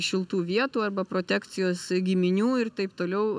šiltų vietų arba protekcijos giminių ir taip toliau